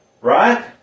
right